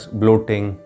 bloating